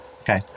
Okay